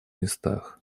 местах